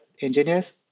engineers